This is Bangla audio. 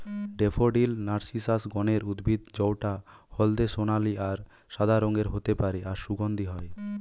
ড্যাফোডিল নার্সিসাস গণের উদ্ভিদ জউটা হলদে সোনালী আর সাদা রঙের হতে পারে আর সুগন্ধি হয়